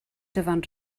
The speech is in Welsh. dyfan